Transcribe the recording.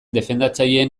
defendatzaileen